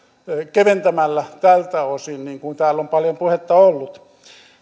keventämällä tältä osin niin kuin täällä on paljon puhetta ollut